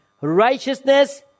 righteousness